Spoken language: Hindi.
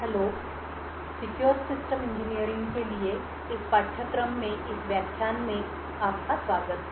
हैलो और सिक्योर सिस्टम इंजीनियरिंग के लिए इस पाठ्यक्रम में इस व्याख्यान में आपका स्वागत है